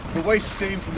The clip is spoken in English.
waste steam